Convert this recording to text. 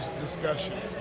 discussions